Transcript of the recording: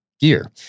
Gear